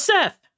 Seth